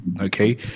Okay